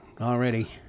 already